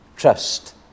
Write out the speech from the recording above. Trust